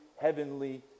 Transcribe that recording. heavenly